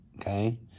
okay